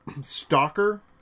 Stalker